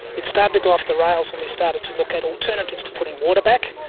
it started to go off the rails when we started to look at alternatives to putting water back,